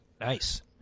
Nice